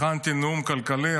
הכנתי נאום כלכלי,